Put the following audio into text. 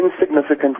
insignificant